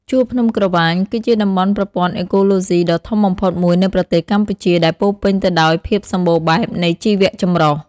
ជួរភ្នំក្រវ៉ាញគឺជាតំបន់ប្រព័ន្ធអេកូឡូស៊ីដ៏ធំបំផុតមួយនៅប្រទេសកម្ពុជា ដែលពោរពេញទៅដោយភាពសម្បូរបែបនៃជីវចម្រុះ។